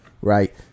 right